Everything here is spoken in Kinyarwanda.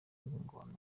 ngona